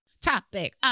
Topic